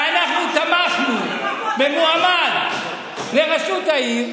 ואנחנו תמכנו במועמד לראשות העיר,